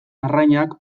arrainak